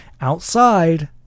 Outside